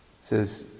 says